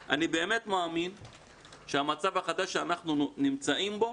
אני באמת מאמין שהמצב החדש שאנחנו נמצאים בו,